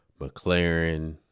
McLaren